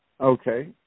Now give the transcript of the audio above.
Okay